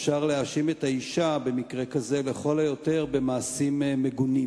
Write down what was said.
אפשר להאשים את האשה במקרה כזה לכל היותר במעשים מגונים,